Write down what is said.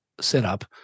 setup